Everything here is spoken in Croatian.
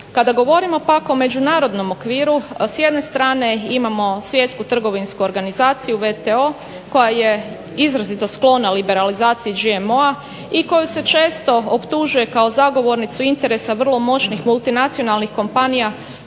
Kada govorimo pak o međunarodnom okviru s jedne strane imamo svjetsku trgovinsku organizaciju VTO koja je izrazito sklona liberalizaciji GMO-a i koju se često optužuje kao zagovornicu interesa vrlo moćnih multinacionalnih kompanija